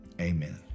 Amen